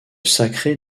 sacré